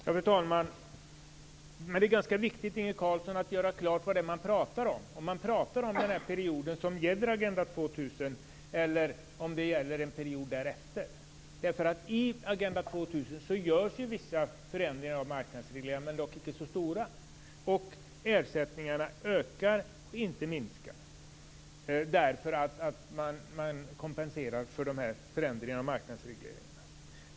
Fru talman! Det är ganska viktigt, Inge Carlsson, att göra klart vad det är man pratar om. Pratar man om den period som omfattas av Agenda 2000, eller gäller det en period därefter? I Agenda 2000 görs ju vissa förändringar av marknadsregleringarna - dock icke så stora. Ersättningarna ökar - de minskar inte - därför att man kompenserar för förändringarna av marknadsregleringarna.